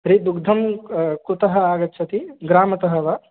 तर्हि दुग्धं कुतः आगच्छति ग्रामतः वा